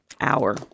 hour